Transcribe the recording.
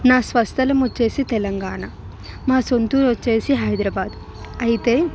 నా స్వస్థలమొచ్చేసి తెలంగాణ మా సొంతూరొచ్చేసి హైదరాబాద్ అయితే